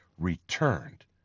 returned